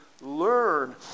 learn